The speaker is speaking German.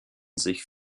sich